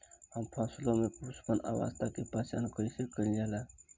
हम फसलों में पुष्पन अवस्था की पहचान कईसे कईल जाला?